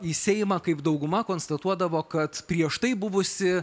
į seimą kaip dauguma konstatuodavo kad prieš tai buvusi